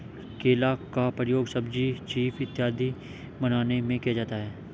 केला का प्रयोग सब्जी चीफ इत्यादि बनाने में किया जाता है